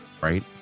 right